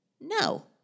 No